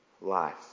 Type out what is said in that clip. life